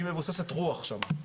שהיא מבוססת רוח שם.